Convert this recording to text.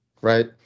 right